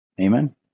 Amen